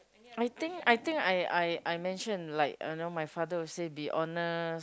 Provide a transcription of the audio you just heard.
I think I think I I I mention like uh know my father would say be honest